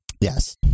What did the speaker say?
Yes